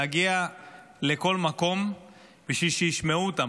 להגיע לכל מקום בשביל שישמעו אותם,